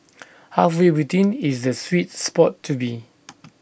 halfway between is the sweet spot to be